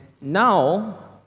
now